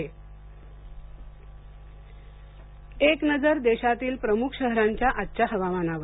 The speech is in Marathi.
हवामान एक नजर देशातील प्रमुख शहरांच्या आजच्या हवामानावर